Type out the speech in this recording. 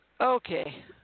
Okay